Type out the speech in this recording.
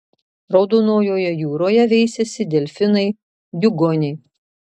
raudonojoje jūroje veisiasi delfinai diugoniai